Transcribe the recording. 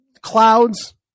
clouds